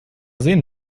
sehen